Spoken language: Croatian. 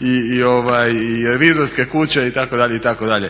i revizorske kuće itd., itd.